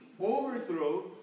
overthrow